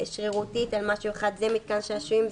שרירותית על משהו אחד: זה מתקן שעשועים,